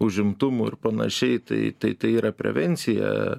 užimtumui ir panašiai tai tai tai yra prevencija